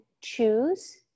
choose